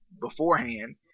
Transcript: beforehand